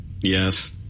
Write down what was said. Yes